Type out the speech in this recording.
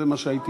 זה מה שהייתי,